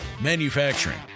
Manufacturing